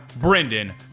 Brendan